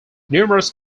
numerous